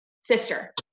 sister